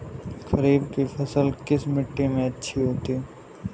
खरीफ की फसल किस मिट्टी में अच्छी होती है?